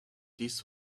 this